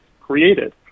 created